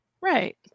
Right